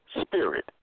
spirit